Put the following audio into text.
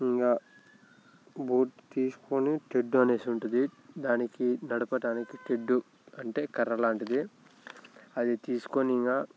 ఇంకా బోట్ తీసుకొని తెడ్డు అనేది ఉంటుంది దానికి నడపడానికి తెడ్డు అంటే కర్ర లాంటిది అది తీసుకొని ఇంకా